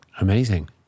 Amazing